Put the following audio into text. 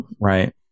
right